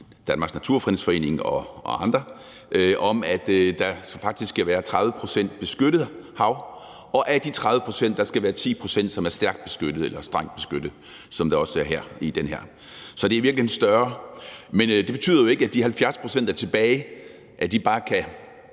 Danmarks Naturfredningsforening og andre, om, at der faktisk skal være 30 pct. beskyttet hav, og af de 30 pct. skal der være 10 pct., som er stærkt beskyttet eller strengt beskyttet, som det også står her i det her. Så det er i virkeligheden større. Men det betyder jo ikke, at de 70 pct., der er tilbage, bare kan